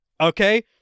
okay